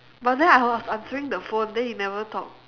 but then I was answering the phone then you never talk